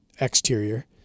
exterior